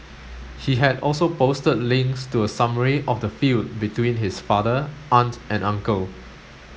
he had also posted links to a summary of the feud between his father aunt and uncle